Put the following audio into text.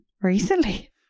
Recently